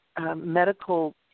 medical